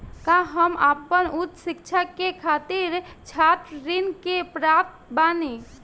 का हम आपन उच्च शिक्षा के खातिर छात्र ऋण के पात्र बानी?